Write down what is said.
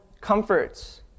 comforts